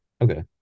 Okay